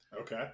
Okay